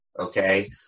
okay